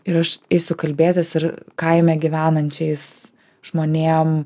ir aš eisiu kalbėtis ir kaime gyvenančiais žmonėm